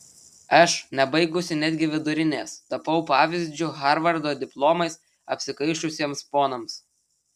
aš nebaigusi netgi vidurinės tapau pavyzdžiu harvardo diplomais apsikaišiusiems ponams